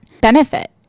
benefit